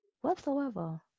whatsoever